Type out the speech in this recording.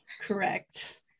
Correct